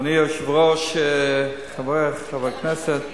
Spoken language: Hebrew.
אדוני היושב-ראש, חברי חברי הכנסת,